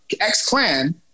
X-Clan